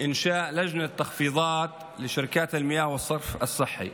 אני אפנה בערבית לציבור שלי ואני אומר: